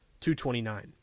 229